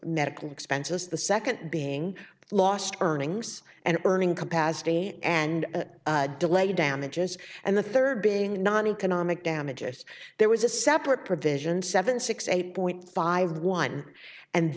medical expenses the second being lost earnings and earning capacity and delayed damages and the third being non economic damages there was a separate provision seven six eight point five one and